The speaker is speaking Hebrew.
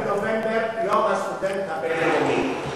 17 בנובמבר זה יום הסטודנט הבין-לאומי.